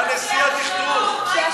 אתה נשיא הדכדוך.